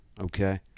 Okay